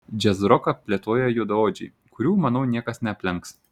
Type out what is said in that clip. džiazroką plėtoja juodaodžiai kurių manau niekas neaplenks